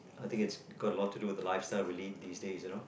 I think it's got a lot to do the lifestyle we lead these days you know